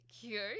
cute